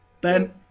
Ben